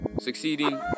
succeeding